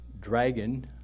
dragon